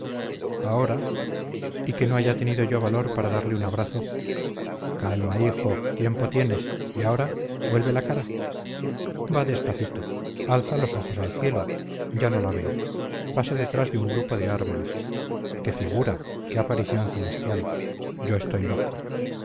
ahora y que no haya tenido yo valor para darle un abrazo calma hijo tiempo tienes y ahora vuelve la cara va despacito alza los ojos al cielo ya no la veo pasa detrás de un grupo de árboles qué figura qué aparición celestial yo estoy loco